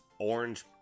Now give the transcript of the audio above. orange